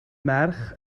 merch